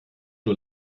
nur